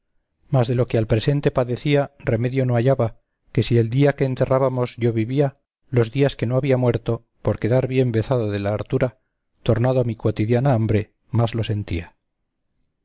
mas de lo que al presente padecía remedio no hallaba que si el día que enterrábamos yo vivía los días que no había muerto por quedar bien vezado de la hartura tornando a mi cuotidiana hambre más lo sentía